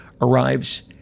arrives